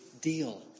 deal